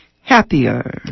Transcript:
happier